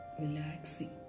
relaxing